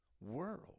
world